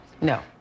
No